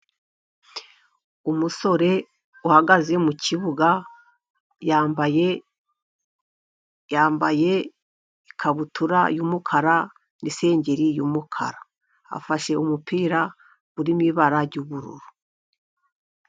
Umusore uhagaze mu kibuga, yambaye ikabutura y'umukara, n'isengeri y'umukara. Afashe umupira uri mu ibara ry'ubururu.